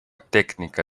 tecnica